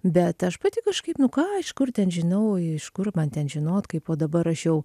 bet aš pati kažkaip nu ką iš kur ten žinau iš kur man ten žinot kaip o dabar aš jau